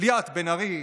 ליאת בן ארי,